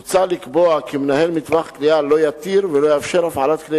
מוצע לקבוע כי מנהל מטווח קליעה לא יתיר ולא יאפשר הפעלת כלי